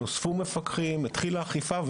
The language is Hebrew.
נוספו מפקחים והתחילה אכיפה,